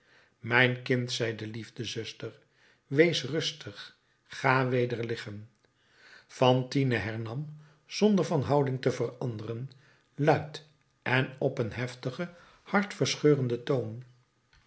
mijn kind zei de liefdezuster wees rustig ga weder liggen fantine hernam zonder van houding te veranderen luid en op een heftigen hartverscheurenden toon